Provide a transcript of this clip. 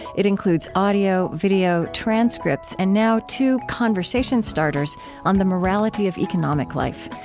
it includes audio, video, transcripts and now two conversation starters on the morality of economic life.